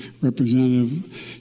Representative